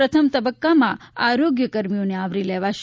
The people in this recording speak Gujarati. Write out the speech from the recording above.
પ્રથમ તબક્કામાં આરોગ્ય કર્મીઓને આવરી લેવાશે